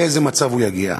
לאיזה מצב הוא יגיע.